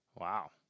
Wow